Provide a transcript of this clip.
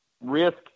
risk